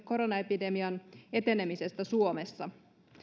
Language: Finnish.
koronaepidemian etenemisestä suomessa